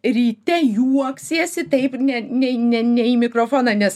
ryte juoksiesi taip ne ne ne ne į mikrofoną nes